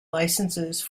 licenses